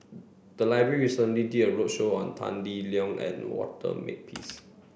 the library recently did a roadshow on Tan Lee Leng and Walter Makepeace